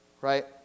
right